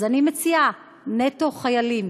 אז אני מציעה: נטו חיילים,